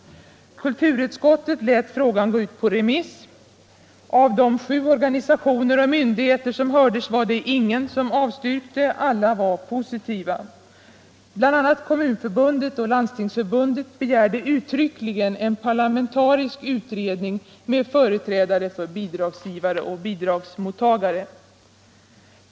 Kulturutskottet lät frågan gå ut på remiss. Av de sju organisationer och myndigheter som hördes var det ingen som avstyrkte — alla var positiva. Bl. a. Kommunförbundet och Landstingsförbundet begärde uttryckligen en parlamentarisk utredning med företrädare för bidragsgivare och bidragsmottagare.